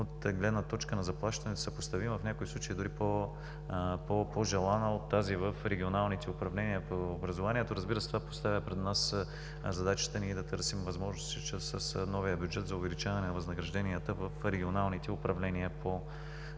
от гледна точка на заплащане съпоставима, в някои случаи дори по-желана от тази в регионалните управления на образованието. Разбира се, това представя пред нас задачата ние да търсим възможности чрез новия бюджет за увеличаване на възнагражденията в Регионалните управления на образованието.